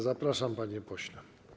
Zapraszam, panie pośle.